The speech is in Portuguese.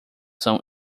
são